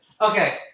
Okay